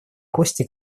кости